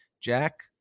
Jack